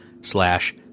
slash